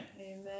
Amen